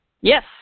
Yes